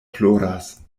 ploras